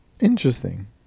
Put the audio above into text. Interesting